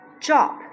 job